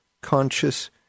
conscious